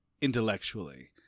intellectually